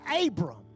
Abram